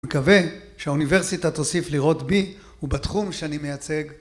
מקווה שהאוניברסיטה תוסיף לראות בי ובתחום שאני מייצג